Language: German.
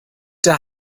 der